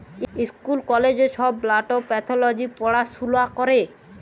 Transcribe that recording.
school কলেজে ছব plant pathology পড়াশুলা ক্যরে